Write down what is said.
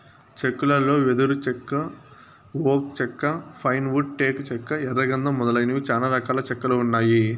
చెక్కలలో వెదురు చెక్క, ఓక్ వుడ్, పైన్ వుడ్, టేకు చెక్క, ఎర్ర గందం మొదలైనవి చానా రకాల చెక్కలు ఉన్నాయి